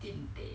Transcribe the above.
tin teh